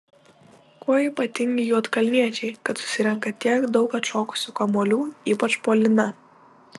kuo ypatingi juodkalniečiai kad susirenka tiek daug atšokusių kamuolių ypač puolime